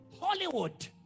Hollywood